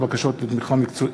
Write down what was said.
בגופים ציבוריים.